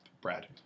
Brad